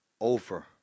over